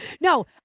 No